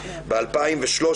ב-2013,